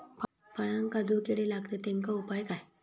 फळांका जो किडे लागतत तेनका उपाय काय?